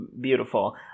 beautiful